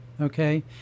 okay